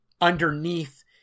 underneath